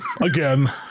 Again